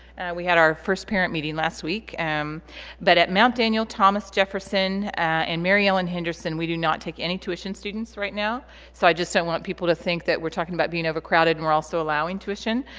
we had our first parent meeting last week um but at mount daniel thomas jefferson and mary ellen henderson we do not take any tuition students right now so i just don't want people to think that we're talking about being overcrowded and we're also allowing tuition.